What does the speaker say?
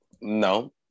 No